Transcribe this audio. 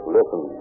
Listen